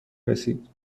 رسید